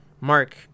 Mark